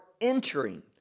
entering